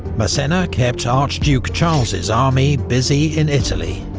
massena kept archduke charles's army busy in italy,